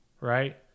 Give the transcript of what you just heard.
right